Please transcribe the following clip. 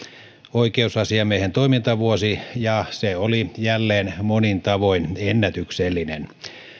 oikeusasiamiehen toimintavuosi ja se oli jälleen monin tavoin ennätyksellinen